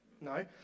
No